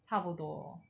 差不多